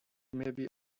maybe